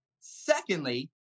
Secondly